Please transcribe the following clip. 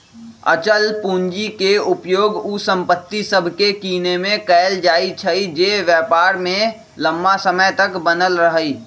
अचल पूंजी के उपयोग उ संपत्ति सभके किनेमें कएल जाइ छइ जे व्यापार में लम्मा समय तक बनल रहइ